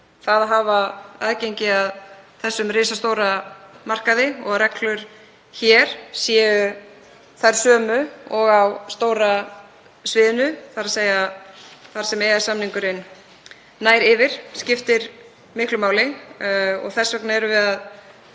Að hafa aðgengi að þessum risastóra markaði og að reglur hér séu þær sömu og á stóra sviðinu, þ.e. sem EES-samningurinn nær yfir, skiptir miklu máli og þess vegna erum við að